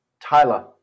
Tyler